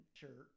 sure